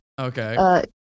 Okay